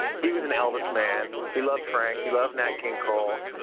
he was an elvis man. he loved frank. he loved nat king cole.